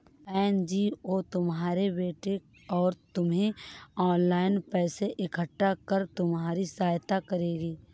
NGO तुम्हारे बेटे और तुम्हें ऑनलाइन पैसा इकट्ठा कर तुम्हारी सहायता करेगी